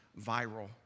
viral